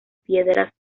piedras